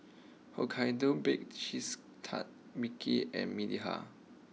Hokkaido Baked Cheese Tart Vicks and Mediheal